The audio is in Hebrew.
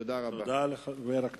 תודה רבה.